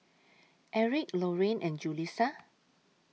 Eric Lorraine and Julissa